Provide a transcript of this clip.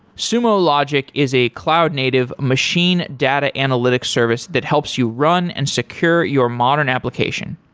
sumo logic is a cloud native machine data analytics service that helps you run and secure your modern application.